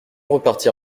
repartir